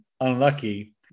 Unlucky